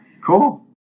Cool